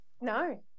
no